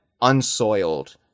unsoiled